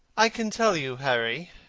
i can tell you, harry.